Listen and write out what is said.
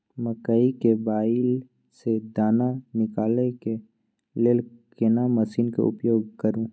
मकई के बाईल स दाना निकालय के लेल केना मसीन के उपयोग करू?